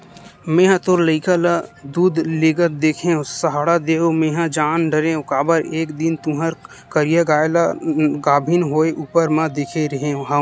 मेंहा तोर लइका ल दूद लेगत देखेव सहाड़ा देव मेंहा जान डरेव काबर एक दिन तुँहर करिया गाय ल गाभिन होय ऊपर म देखे रेहे हँव